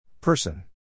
Person